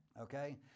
Okay